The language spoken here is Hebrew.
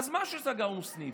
אז מה אם סגרנו סניף?